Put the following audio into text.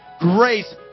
grace